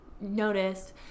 noticed